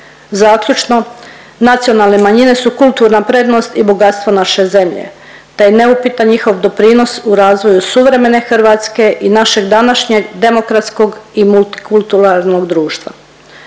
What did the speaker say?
Zaključno, nacionalne manjine su kulturna prednost i bogatstvo naše zemlje, te je neupitan njihov doprinos u razvoju suvremene Hrvatske i našeg današnjeg demokratskog i multikulturalnog društva.